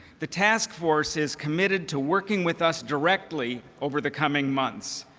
the taskforce is committed to working with us directly over the coming months.